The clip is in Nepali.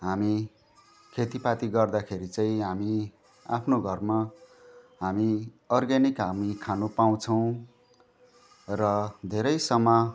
हामी खेतीपाती गर्दाखेरि चाहिँ हामी आफ्नो घरमा हामी अर्ग्यानिक हामी खानु पाउँछौँ र धेरैसम्म